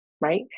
right